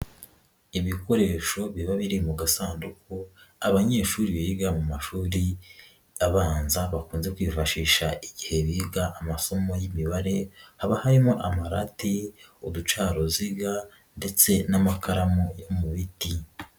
Ibikoresho biba biri mu gasanduku abanyeshuri biga mu mashuri abanza bakunze kwifashisha igihe biga amasomo y'imibare, haba harimo amarate y'uducaruziga ndetse n'amakaramu yo mu biti.